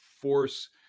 force